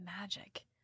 magic